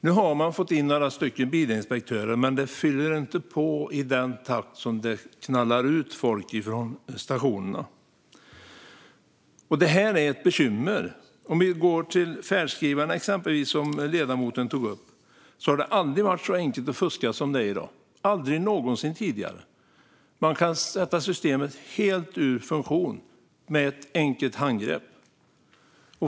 Nu har man fått in några bilinspektörer, men det fylls inte på i den takt som folk knallar ut från stationerna. Detta är ett bekymmer. Vi kan gå till färdskrivarna, exempelvis, som ledamoten tog upp. Det har aldrig varit så enkelt att fuska som det är i dag - aldrig någonsin tidigare. Man kan sätta systemet helt ur funktion med ett enkelt handgrepp.